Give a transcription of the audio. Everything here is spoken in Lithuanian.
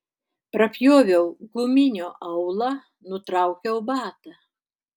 prapjoviau guminio aulą nutraukiau batą